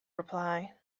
reply